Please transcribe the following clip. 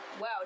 Wow